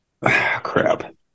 Crap